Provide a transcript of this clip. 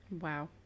Wow